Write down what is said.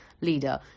leader